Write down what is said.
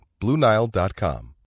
BlueNile.com